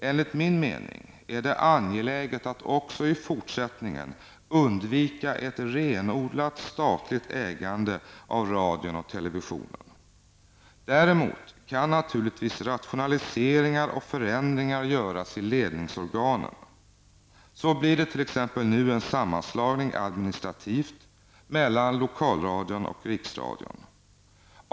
Enligt min mening är det angeläget att man också i fortsättningen undviker ett renodlat statligt ägande av radion och televisionen. Däremot kan naturligtvis rationaliseringar och förändringar göras i ledningsorganen. Det blir nu t.ex. en sammanslagning administrativt mellan Lokalradion och Riksradion.